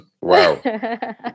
Wow